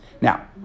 Now